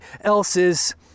else's